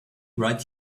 right